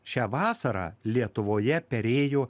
šią vasarą lietuvoje perėjo